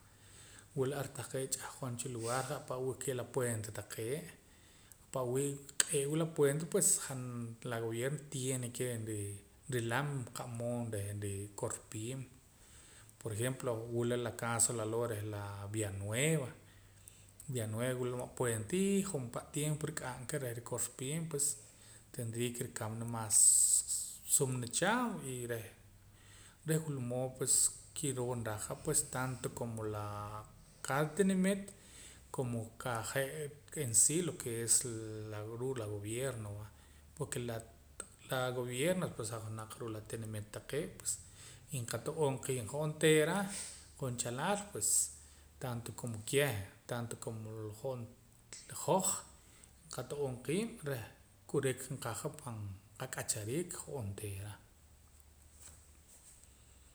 Wula ar taqee' ch'ahqon cha lugar je' apa' wulkee' la puente taqee' pa'wii' nq'eewa la puente pues han la gobierto tiene ke reh nrilam qa'mood reh nrikorpiim por ejemplo wula la caso laloo' reh la villa nueva villa nueva wula pa' puenta y jompa' tiempo nrik'am ka reh nrikorpiim pues tendria ke nrikamana mas sumana cha y reh reh wila mood pues kiroo naraja pues tanto la cada tinimit como nqaa je' en si reh ruu' la gobierno va porque la gobierno pues ojonaq ruu' la tinimit taqee' pues nqato'oom qiib' hoj onteera qunchalaal pues tanto como keh tanto como hoj qato'oom qiib' reh kurik nqaja pan qak'achariik hoj onteera